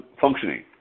functioning